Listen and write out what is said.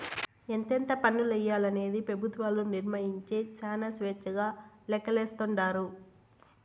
ఎంతెంత పన్నులెయ్యాలనేది పెబుత్వాలు నిర్మయించే శానా స్వేచ్చగా లెక్కలేస్తాండారు